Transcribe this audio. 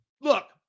Look